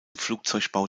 flugzeugbau